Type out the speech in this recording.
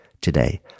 today